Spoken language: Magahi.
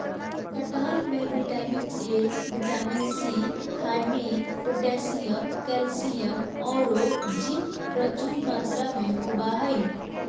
कटहल में vitamin A, vitamin C, thiamine, potassium, calcium औरो जिंक प्रचुर मात्रा में होबा हइ